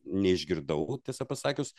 neišgirdau tiesą pasakius